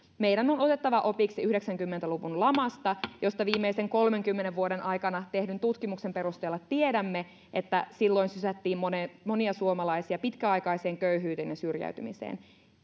meidän on otettava opiksi yhdeksänkymmentä luvun lamasta josta viimeisen kolmenkymmenen vuoden aikana tehdyn tutkimuksen perusteella tiedämme että silloin sysättiin monia suomalaisia pitkäaikaiseen köyhyyteen ja syrjäytymiseen